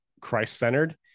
Christ-centered